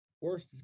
worst